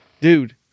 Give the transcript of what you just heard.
dude